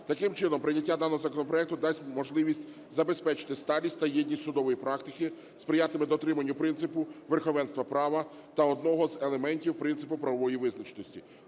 Таким чином, прийняття даного законопроекту дасть можливість забезпечити сталість та єдність судової практики, сприятиме дотриманню принципу верховенства права та одного з елементів принципу правової визначеності.